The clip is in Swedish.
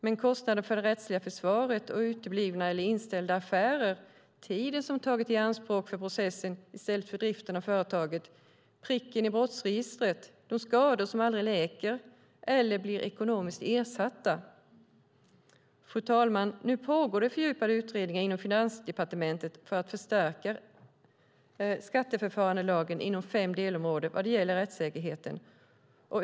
Men kostnaden för det rättsliga försvaret, uteblivna eller inställda affärer, tiden som tagits i anspråk för processen i stället för till driften av företaget och pricken i brottsregistret är skador som aldrig läker eller blir ekonomiskt ersatta. Fru talman! Nu pågår det fördjupade utredningar inom Finansdepartementet för att förstärka skatteförfarandelagen inom fem delområden när det gäller rättssäkerheten.